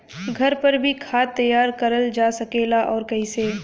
घर पर भी खाद तैयार करल जा सकेला और कैसे?